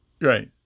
Right